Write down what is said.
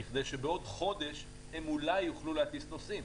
כדי שבעוד חודש הן אולי יוכלו להטיס נוסעים.